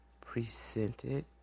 presented